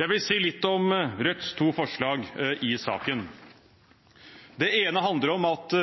Jeg vil si litt om Rødts to forslag i saken. Det ene handler om at